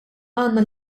għandna